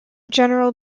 general